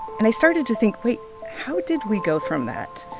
and i started to think, wait, how did we go from that,